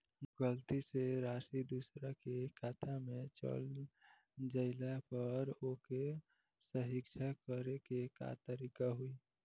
गलती से राशि दूसर के खाता में चल जइला पर ओके सहीक्ष करे के का तरीका होई?